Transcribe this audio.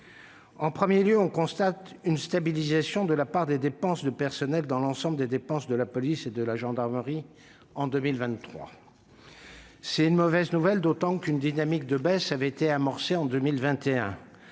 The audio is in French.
En premier lieu, on constate une stabilisation de la part des dépenses de personnel dans l'ensemble des dépenses de la police et de la gendarmerie en 2023. C'est une mauvaise nouvelle, d'autant qu'une dynamique de baisse avait été amorcée en 2021.